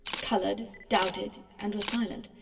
coloured, doubted, and was silent.